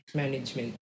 management